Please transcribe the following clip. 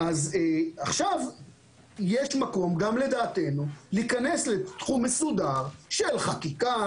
יש מקום גם לדעתנו להיכנס לתחום מסודר של חקיקה,